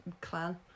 clan